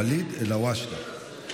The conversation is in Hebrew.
ואליד אלהואשלה,